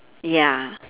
ya